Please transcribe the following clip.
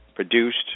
Produced